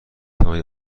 توانی